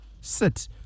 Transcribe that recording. sit